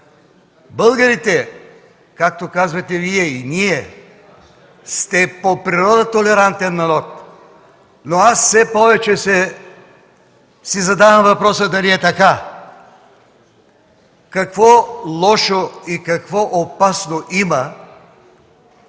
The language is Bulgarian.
Българите, както казвате Вие, а и ние, по природа сте толерантен народ, но аз все повече си задавам въпроса: дали е така? Какво лошо и какво опасно има